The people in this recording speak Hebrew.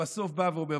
ובסוף בא ואומר.